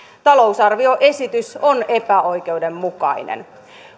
talousarvioesitys on epäoikeudenmukainen